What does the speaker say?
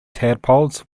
tadpoles